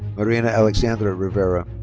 marena alexandra rivera.